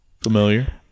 familiar